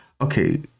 okay